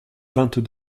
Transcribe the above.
vingt